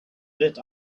lit